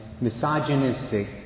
misogynistic